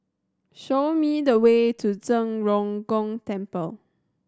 show me the way to Zhen Ren Gong Temple